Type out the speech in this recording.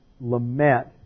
lament